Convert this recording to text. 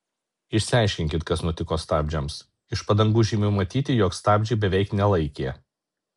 išsiaiškinkit kas nutiko stabdžiams iš padangų žymių matyti jog stabdžiai beveik nelaikė